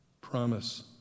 promise